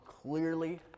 clearly